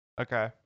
Okay